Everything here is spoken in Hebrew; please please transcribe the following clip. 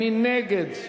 מי נגד?